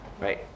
Right